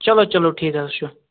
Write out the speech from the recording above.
چَلو چَلو ٹھیٖک حظ چھُ